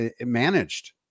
managed